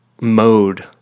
mode